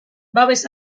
babes